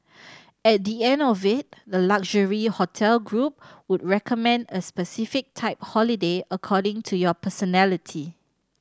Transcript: at the end of it the luxury hotel group would recommend a specific type holiday according to your personality